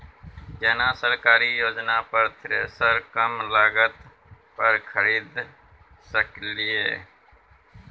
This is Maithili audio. केना सरकारी योजना पर थ्रेसर कम लागत पर खरीद सकलिए?